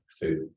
food